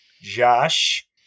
Josh